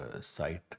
site